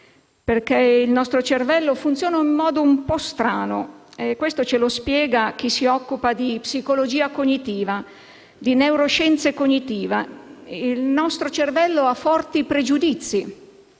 facile. Il nostro cervello, infatti, funziona in modo un po' strano e questo ce lo spiega chi si occupa di psicologia cognitiva e di neuroscienza cognitiva. Il nostro cervello ha forti pregiudizi,